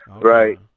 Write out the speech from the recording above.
Right